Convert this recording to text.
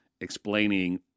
explaining